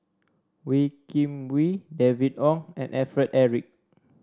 Wee Kim Wee David Wong and Alfred Eric